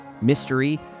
mystery